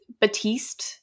Batiste